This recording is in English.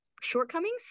shortcomings